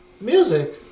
Music